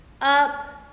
up